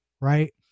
right